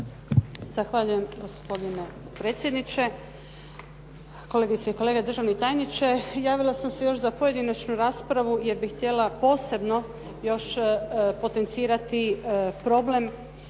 Zahvaljujem, gospodine potpredsjedniče. Kolegice i kolege, državni tajniče. Javila sam se još za pojedinačnu raspravu jer bih htjela posebno još potencirati problem